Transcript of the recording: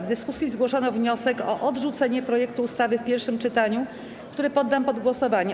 W dyskusji zgłoszono wniosek o odrzucenie projektu ustawy w pierwszym czytaniu, który poddam pod głosowanie.